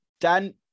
Dan